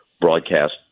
broadcast